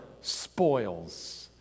spoils